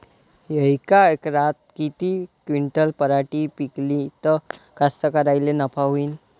यका एकरात किती क्विंटल पराटी पिकली त कास्तकाराइले नफा होईन?